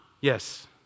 Yes